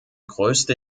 größte